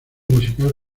musical